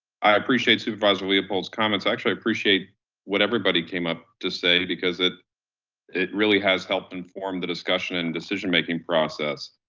i appreciate supervisor leopold's comments. actually i appreciate what everybody came up to say, because it it really has helped inform the discussion and decision making process.